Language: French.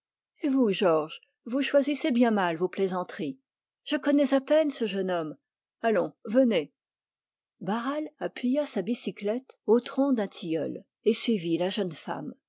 et vous georges vous choisissez bien mal vos plaisanteries je connais à peine ce jeune homme allons venez barral appuya sa bicyclette au tronc d'un tilleul et suivit la jeune femme